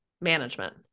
management